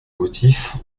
motif